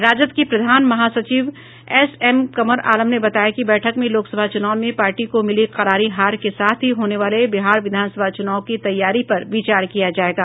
राजद के प्रधान महासचिव एस एम कमर आलम ने बताया कि बैठक में लोकसभा चुनाव में पार्टी को मिली करारी हार के साथ ही होने वाले बिहार विधानसभा चुनाव की तैयारी पर विचार किया जाएगा